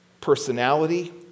personality